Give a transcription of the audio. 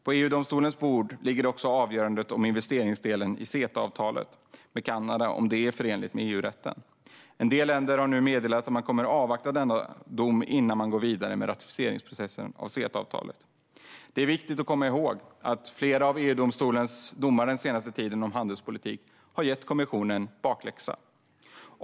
På EU-domstolens bord ligger också att avgöra om investeringsdelen i CETA-avtalet med Kanada är förenlig med EU-rätten. En del länder har nu meddelat att de kommer att avvakta denna dom innan de går vidare med ratificeringsprocessen av CETA-avtalet. Det är viktigt att komma ihåg att flera av EU-domstolens domar den senaste tiden om handelspolitik har gett kommissionen bakläxa.